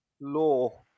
Law